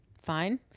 Fine